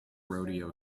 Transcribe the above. rodeo